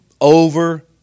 over